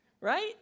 right